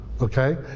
okay